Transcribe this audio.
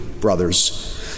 brothers